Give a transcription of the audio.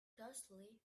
ghostly